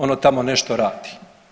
Ono tamo nešto radi.